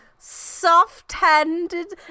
soft-handed